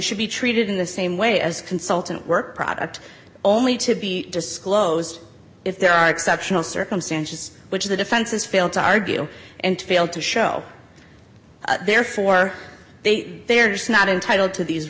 should be treated in the same way as consultant work product only to be disclosed if there are exceptional circumstances which the defense has failed to argue and failed to show therefore they they are just not entitled to these